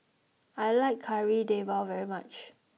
I like Kari Debal very much